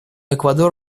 эквадор